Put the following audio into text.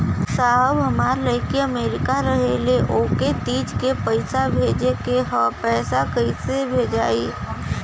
साहब हमार लईकी अमेरिका रहेले ओके तीज क पैसा भेजे के ह पैसा कईसे जाई?